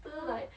!huh!